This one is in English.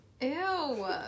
Ew